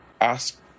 ask